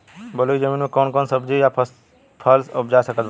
बलुई जमीन मे कौन कौन सब्जी या फल उपजा सकत बानी?